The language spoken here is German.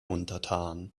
untertan